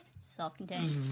self-contained